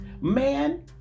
Man